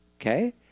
Okay